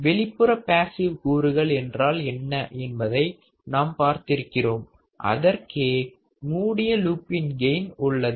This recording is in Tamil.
வெளிப்புற பேஸிவ் கூறுகள் என்றால் என்ன என்பதை நாம் பார்த்திருக்கிறோம் அதற்கே மூடிய லூப்பின் கெயின் உள்ளது